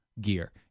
gear